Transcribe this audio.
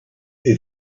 who